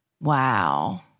Wow